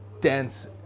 dense